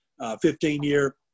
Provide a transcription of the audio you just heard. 15-year